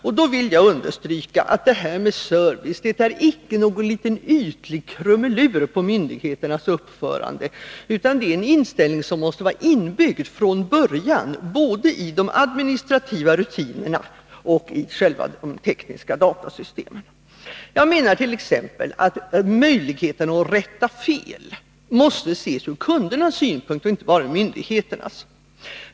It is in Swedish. Jag vill understryka att det här med service icke är någon liten ytlig krumelur på myndigheternas uppförande, utan en inställning som måste vara inbyggd från början, både i de administrativa rutinerna och i själva de tekniska datasystemen. Jag menar t.ex. att möjligheten att rätta fel måste ses från kundernas synpunkt, inte enbart från myndighetens.